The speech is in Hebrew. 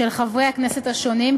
של חברי הכנסת השונים,